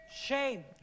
Shame